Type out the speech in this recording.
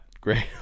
Great